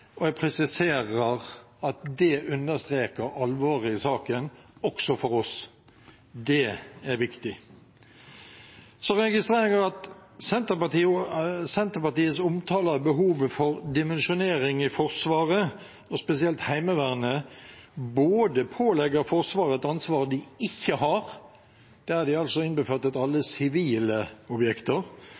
og jeg presiserer at dét understreker alvoret i saken, også for oss. Det er viktig. Så registrerer jeg at Senterpartiets omtale av behovet for dimensjonering i Forsvaret, og spesielt Heimevernet, både pålegger Forsvaret et ansvar de ikke har, der de altså innbefattet alle sivile objekter,